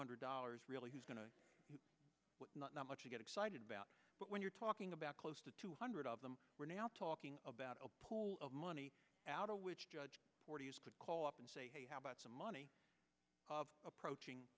hundred dollars really who's going to not know much you get excited about but when you're talking about close to two hundred of them we're now talking about a pool of money out of which judge could call up and say hey how about some money of approaching